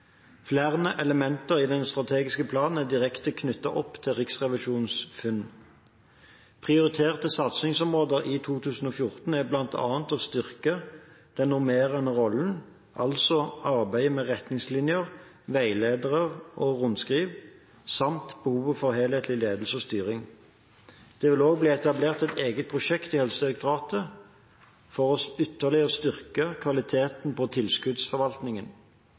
Flere elementer i den strategiske planen er direkte knyttet opp til Riksrevisjonens funn. Prioriterte satsingsområder i 2014 er bl.a. å styrke den normerende rollen, altså arbeidet med retningslinjer, veiledere og rundskriv, samt behovet for helhetlig ledelse og styring. Det vil også bli etablert et eget prosjekt i Helsedirektoratet for ytterligere å styrke kvaliteten på tilskuddsforvaltningen.